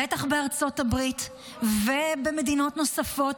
בטח בארצות הברית ובמדינות נוספות,